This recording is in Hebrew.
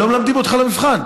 לא מלמדים אותך למבחן.